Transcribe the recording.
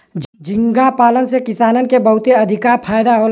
झींगा पालन से किसानन के बहुते अधिका फायदा होला